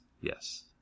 yes